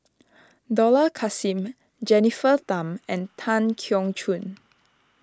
Dollah Kassim Jennifer Tham and Tan Keong Choon